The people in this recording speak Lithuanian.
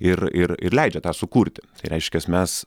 ir ir ir leidžia tą sukurti tai reiškias mes